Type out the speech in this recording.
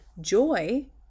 joy